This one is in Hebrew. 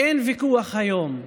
אין ויכוח היום.